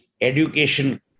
education